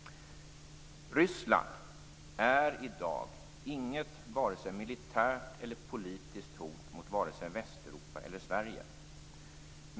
Ryssland är i dag inget vare sig militärt eller politiskt hot mot vare sig Västeuropa eller Sverige.